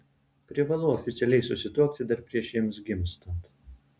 privalu oficialiai susituokti dar prieš jiems gimstant